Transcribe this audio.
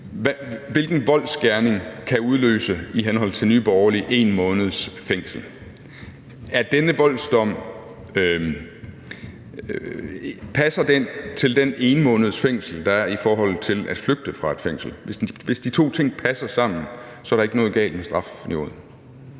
Hvilken voldsgerning kan i henhold til Nye Borgerlige udløse fængsel i 1 måned? Passer denne voldsdom til den ene måneds fængsel, der er for at flygte fra et fængsel? Hvis de to ting passer sammen, er der ikke noget galt med strafniveauet.